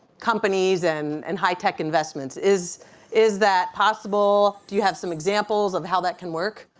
companies and and high-tech investments. is is that possible? do you have some examples of how that can work?